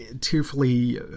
tearfully